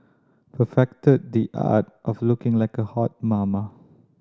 perfected the art of looking like a hot mama